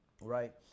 Right